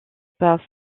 par